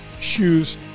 shoes